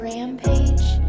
Rampage